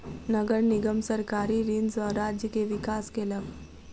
नगर निगम सरकारी ऋण सॅ राज्य के विकास केलक